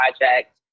project